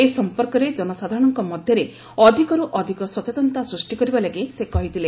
ଏ ସଂପର୍କରେ ଜନସାଧାରଣଙ୍କ ମଧ୍ୟରେ ଅଧିକରୁ ଅଧିକ ସଚେତନତା ସୃଷ୍ଟି କରିବା ଲାଗି ସେ କହିଥିଲେ